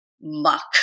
muck